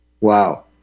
Wow